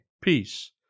peace